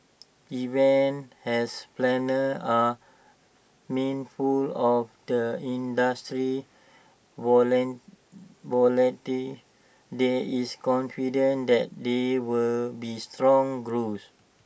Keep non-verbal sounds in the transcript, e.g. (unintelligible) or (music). even as planners are mindful of the industry's (unintelligible) there is confidence that there will be strong growth